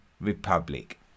Republic